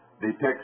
depicts